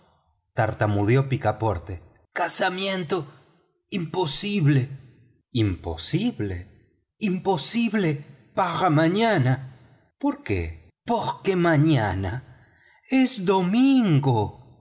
tartamudeó picaporte casamiento imposible imposible imposible para mañana por qué porque mañana es domingo